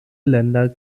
länder